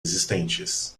existentes